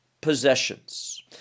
possessions